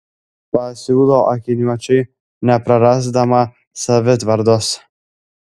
pasiūlo akiniuočiui neprarasdama savitvardos